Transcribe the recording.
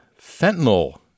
fentanyl